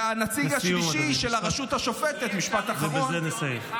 והנציג השלישי של הרשות השופטת, משפט אחרון.